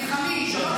נלחמים.